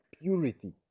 purity